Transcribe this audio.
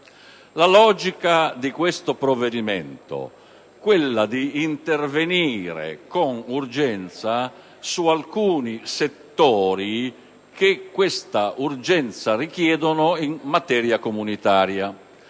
La logica di questo provvedimento è di intervenire con urgenza su alcuni settori che lo richiedono in materia comunitaria: